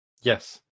Yes